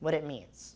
what it means